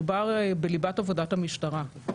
מדובר בליבת עבודת המשטרה.